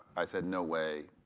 i said, no way,